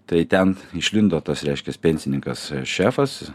tai ten išlindo tas reiškias pensininkas šefas